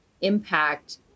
impact